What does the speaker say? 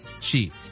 cheap